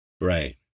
Right